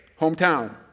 hometown